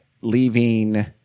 leaving